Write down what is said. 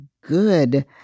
good